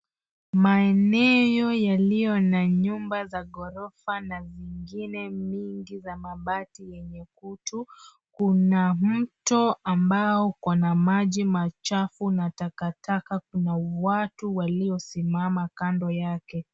Maeneo yaliyo na nyumba za ghorofa na vingine mingi za mabati yenye kutu. Kuna mto ambao uko na maji machafu, kuna takataka. Kuna watu waliosimama kando yake.